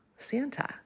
Santa